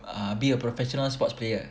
ah be a professional sports player